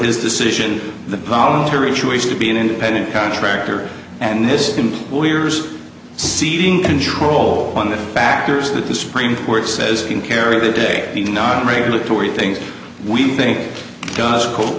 his decision the voluntary choice to be an independent contractor and this employer's ceding control on the factors that the supreme court says can carry the day may not regulatory things we think does cold